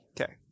Okay